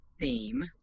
theme